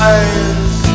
Eyes